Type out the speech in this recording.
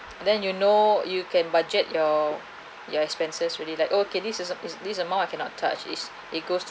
and then you know you can budget your your expenses really like oh okay this is a this amount I cannot touch is it goes